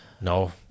no